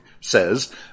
says